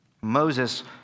Moses